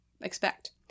expect